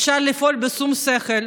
אפשר לפעול בשום שכל,